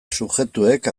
subjektuek